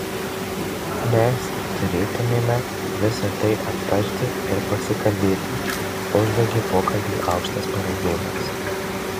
mes turėtumėme visa tai aptarti ir pasikalbėti užbaigė pokalbį aukštas pareigūnas